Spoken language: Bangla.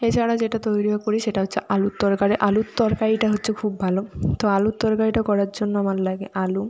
এছাড়া যেটা তৈরিও করি সেটা হচ্ছে আলুর তরকারি আলুর তরকারিটা হচ্ছে খুব ভালো তো আলুর তরকারিটা করার জন্য আমার লাগে আলু